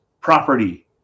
property